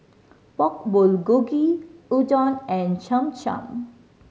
Pork Bulgogi Udon and Cham Cham